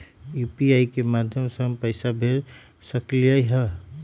UPI के माध्यम से हम पैसा भेज सकलियै ह?